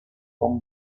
from